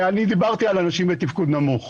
דיברתי על אנשים בתפקוד נמוך.